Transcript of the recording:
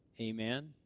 Amen